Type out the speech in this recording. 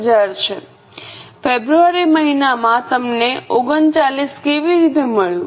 ફેબ્રુઆરી મહિનામાં તમને 39 કેવી રીતે મળ્યું